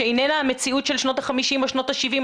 שאיננה המציאות של שנות ה-50 או שנות ה-70,